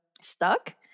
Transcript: stuck